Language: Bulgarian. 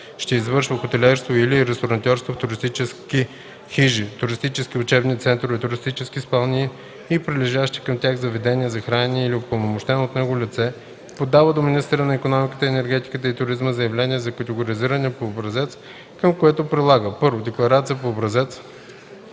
ще извършва хотелиерство или ресторантьорство в туристически хижи, туристически учебни центрове, туристически спални и прилежащи към тях заведения за хранене, или упълномощено от него лице подава до министъра на икономиката, енергетиката и туризма заявление за категоризиране по образец, към което прилага: 1. декларация по образец